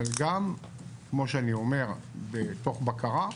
אבל גם כן כמו שאני אומר, בתוך בקרה,